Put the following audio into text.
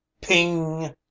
PING